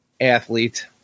Athlete